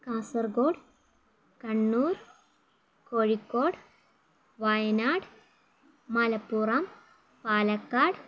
Kasaragod Kannur Kozhikode Wayanad Malappuram Palakkad